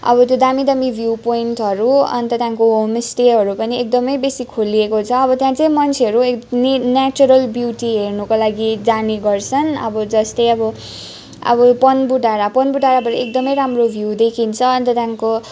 अब त्यो दामी दामी भ्युपोइन्टहरू अन्त त्यहाँदेखिको होमस्टेहरू पनि एकदमै बेसी खोलिएको छ अब त्यहाँ चाहिँ मन्छेहरू न्याचुरल ब्युटी हेर्नुको लागि जाने गर्छन् अब जस्तै अब अब पन्बु डाँडा पन्बु डाँडाबाट एकदमै राम्रो भ्यू देखिन्छ अन्त त्यहाँदेखिको